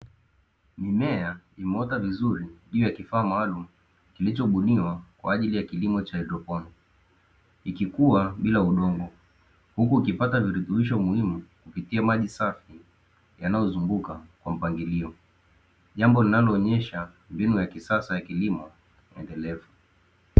Mmea imeota vizuri juu ya kifaa maalumu kilichobuniwa Kwa ajili ya kilimo cha haidroponi ikikuwa bila udongo, huku ikipata virutubisho muhimu kupitia maji safi yanayozunguka kwa mpangilio; jambo linaloonyesha mbinu ya kisasa ya kilimo endelevu.